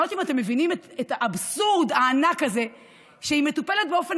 אני לא יודעת אם אתם מבינים את האבסורד הענק הזה שהיא מטופלת באופן